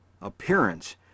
appearance